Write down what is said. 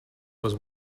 was